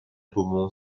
beaumont